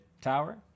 tower